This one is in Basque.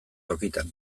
tokitan